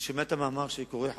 אני שומע את המאמר שהקריא